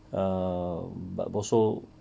err but also